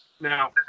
Now